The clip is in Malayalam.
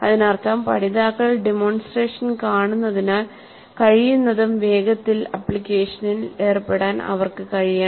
അതിനർത്ഥം പഠിതാക്കൾ ഡെമോൺസ്ട്രേഷൻ കാണുന്നതിനാൽ കഴിയുന്നതും വേഗത്തിൽ ആപ്ലിക്കേഷനിൽ ഏർപ്പെടാൻ അവർക്ക് കഴിയണം